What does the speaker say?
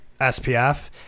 SPF